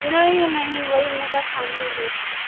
नहीं नहीं वही मेरा फाइनल रेट है